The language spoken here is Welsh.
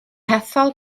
hethol